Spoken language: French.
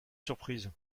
surprise